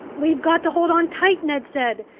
we've got to hold on tight, ned said,